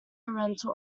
rental